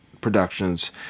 productions